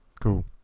cool